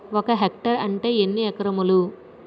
ఒక హెక్టార్ అంటే ఎన్ని ఏకరములు?